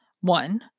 one